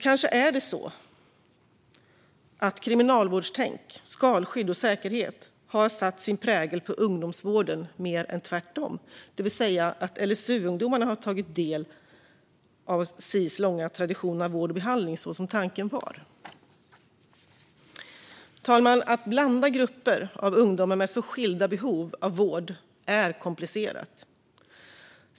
Kanske är det så att kriminalvårdstänk med skalskydd och säkerhet har satt sin prägel på ungdomsvården mer än tvärtom, det vill säga att LSU-ungdomarna hade fått ta del av Sis långa tradition av vård och behandling så som tanken var. Fru talman! Att blanda grupper av ungdomar med så skilda behov av vård är komplicerat.